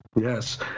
Yes